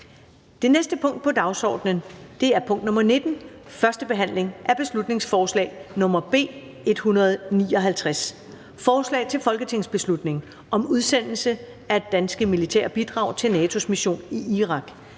Det næste punkt på dagsordenen er: 19) 1. behandling af beslutningsforslag nr. B 159: Forslag til folketingsbeslutning om udsendelse af danske militære bidrag til NATO’s Mission i Irak.